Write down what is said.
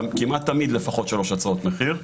כמעט תמיד לפחות שלוש הצעות מחיר,